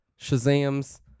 Shazam's